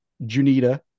Junita